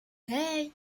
hey